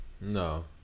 no